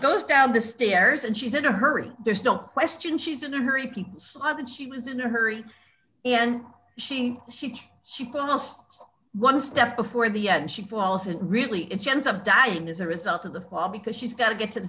goes down the stairs and she said to hurry there's no question she's in a hurry people saw that she was in a hurry and she she she costs one step before the end she falls it really is a chance of dying as a result of the fall because she's got to get to th